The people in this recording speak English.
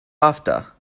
after